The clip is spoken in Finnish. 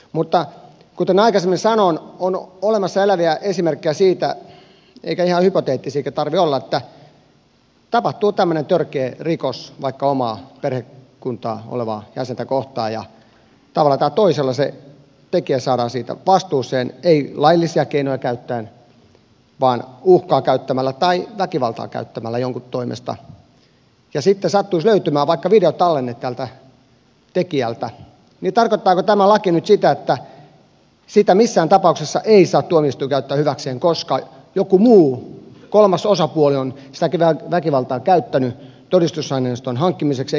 mutta kuten aikaisemmin sanoin on olemassa eläviä esimerkkejä siitä eikä ihan hypoteettisiakaan tarvitse olla että tapahtuu tämmöinen törkeä rikos vaikka oman perhekunnan jäsentä kohtaan ja tavalla tai toisella se tekijä saadaan siitä vastuuseen ei laillisia keinoja käyttäen vaan uhkaa käyttämällä tai väkivaltaa käyttämällä jonkun toimesta ja jos sitten sattuisi löytymään vaikka videotallenne tältä tekijältä niin tarkoittaako tämä laki nyt sitä että sitä missään tapauksessa ei saa tuomioistuin käyttää hyväkseen koska joku muu kolmas osapuoli on väkivaltaa käyttänyt todistusaineiston hankkimiseksi eikä poliisi